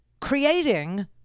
creating